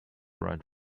right